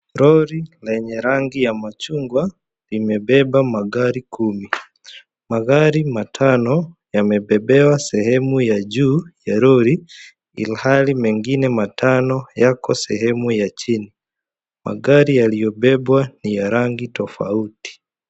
Lori lenye rangi ya machungwa limebeba magari kumi. Magari matano yamebebewa sehemu ya juu ya lori, ilhali mengine matano yako sehemu ya chini. Magari yaliyobebwa ni ya rangi tofauti.